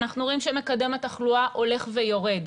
אנחנו רואים שמקדם התחלואה הולך ויורד.